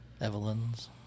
Evelyn's